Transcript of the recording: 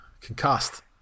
concussed